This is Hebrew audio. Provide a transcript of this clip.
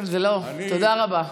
תודה רבה.